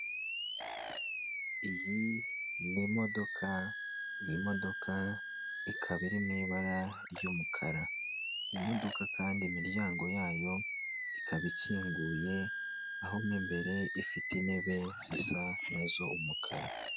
Iyi ni imodoka, iyi modoka ikaba iri mu ibara ry'umukara, iyi modoka kandi imiryango yayo ikaba ikinguye aho mo imbere ifite intebe zisa n'iz'umukara.